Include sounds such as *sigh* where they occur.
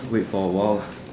wait for a while lah *breath*